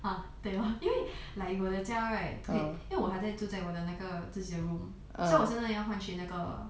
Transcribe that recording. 哦对 lor 因为 like 我的家 right okay 因为我还在住在我的那个自己的 room 所以我现在要换去那个